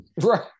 Right